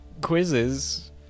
quizzes